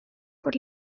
por